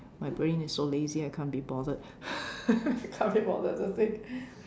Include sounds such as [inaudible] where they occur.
my brain is so lazy I can't be bothered [laughs] I can't be bothered to think